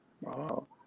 Wow